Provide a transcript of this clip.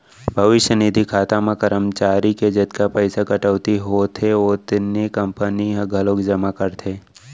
भविस्य निधि खाता म करमचारी के जतका पइसा कटउती होथे ओतने कंपनी ह घलोक जमा करथे